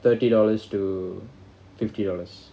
thirty dollars to fifty dollars